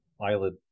eyelid